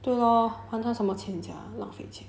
对 lor 还他什么钱 sia 浪费钱